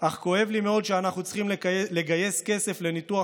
אך כואב לי מאוד שאנחנו צריכים לגייס כסף לניתוח